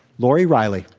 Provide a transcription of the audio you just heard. lori reilly.